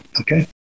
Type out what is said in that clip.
Okay